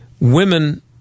women